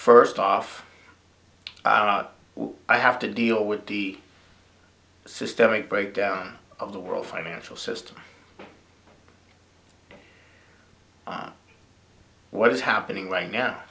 first off i doubt i have to deal with the systemic breakdown of the world financial system what is happening right now